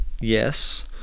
Yes